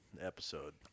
episode